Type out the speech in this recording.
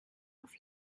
auf